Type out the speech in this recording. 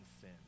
sin